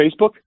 Facebook